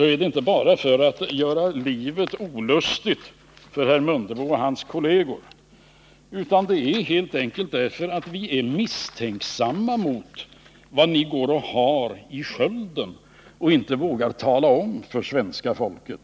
är det inte bara för att göra livet olustigt för herr Mundebo och hans kolleger, utan det är helt enkelt därför att vi är misstänksamma mot vad ni bär i skölden och inte vågar tala om för svenska folket.